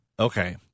Okay